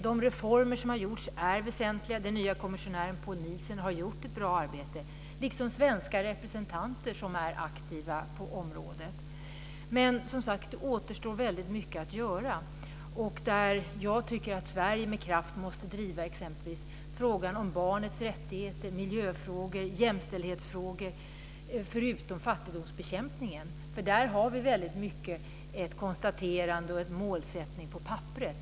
De reformer som har gjorts är väsentliga. Den nya kommissionären Poul Nielsen har gjort ett bra arbete liksom de svenska representanter som är aktiva på området. Men det återstår väldigt mycket att göra. Jag tycker att Sverige med kraft måste driva exempelvis frågan om barnets rättigheter, miljöfrågor och jämställdhetsfrågor förutom fattigdomsbekämpningen. Där har vi väldigt mycket ett konstaterande och en målsättning på papperet.